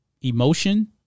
emotion